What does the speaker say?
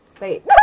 Wait